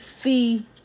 see